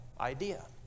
idea